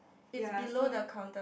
ya so